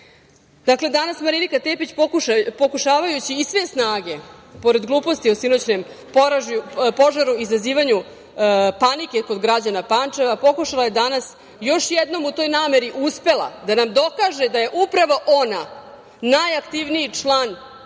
raju. Dakle, danas Marinika Tepić, pokušavajući iz sve snage, pored gluposti o sinoćnom požaru, izazivanju panike kod građana Pančeva, pokušala je danas i još jednom u toj nameri uspela da nam dokaže da je upravo ona najaktivniji član